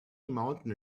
mountain